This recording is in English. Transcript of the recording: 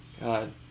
God